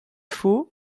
faulx